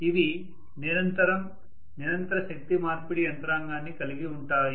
ఇవి నిరంతరం నిరంతర శక్తి మార్పిడి యంత్రాంగాన్ని కలిగి ఉంటాయి